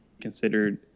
considered